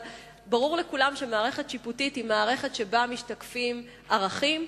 אבל ברור לכולם שמערכת שיפוטית היא מערכת שבה משתקפים ערכים,